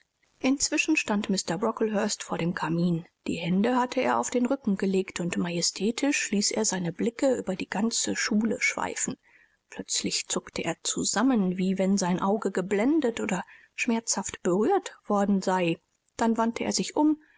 inzwischen stand mr brocklehurst vor dem kamin die hände hatte er auf den rücken gelegt und majestätisch ließ er seine blicke über die ganze schule schweifen plötzlich zuckte er zusammen wie wenn sein auge geblendet oder schmerzhaft berührt worden sei dann wandte er sich um